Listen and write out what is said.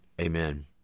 Amen